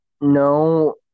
no